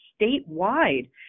statewide